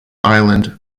island